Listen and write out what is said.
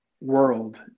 world